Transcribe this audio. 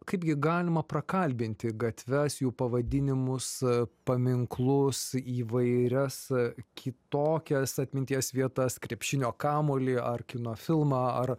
kaipgi galima prakalbinti gatves jų pavadinimus paminklus įvairias kitokias atminties vietas krepšinio kamuolį ar kino filmą ar